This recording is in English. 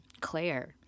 Claire